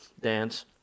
dance